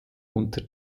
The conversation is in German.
unter